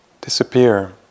disappear